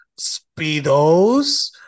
Speedos